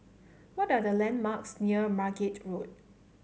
what are the landmarks near Margate Road